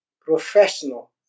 professional